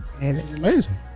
Amazing